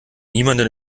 niemanden